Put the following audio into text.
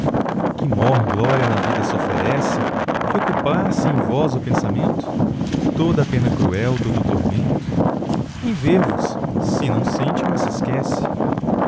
que mor glória na vida s'oferece que ocupar se em vós o pensamento toda a pena cruel todo o tormento em ver vos se não sente mas esquece